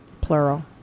Plural